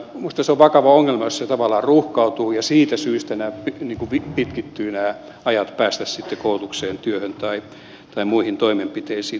minusta se on vakava ongelma jos se tavallaan ruuhkautuu ja siitä syystä nämä ajat päästä koulutukseen työhön tai muihin toimenpiteisiin pitkittyvät